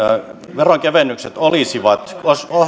veronkevennykset olisivat